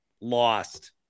lost